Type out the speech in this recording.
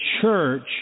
church